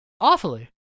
Awfully